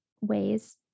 ways